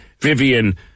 Vivian